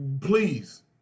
please